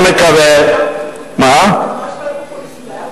זה ממש לא פופוליסטי.